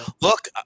look